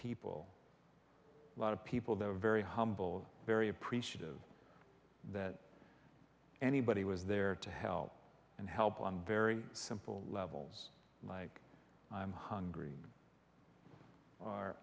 people a lot of people that were very humble very appreciative that anybody was there to help and help on very simple levels like i'm